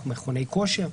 מכוני כושר.